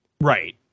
Right